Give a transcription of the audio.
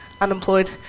unemployed